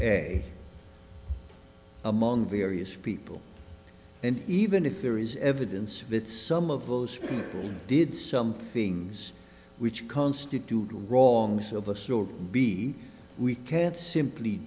do among various people and even if there is evidence that some of those did something which constituted wrongs of a sort be we can't simply